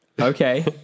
Okay